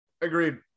Agreed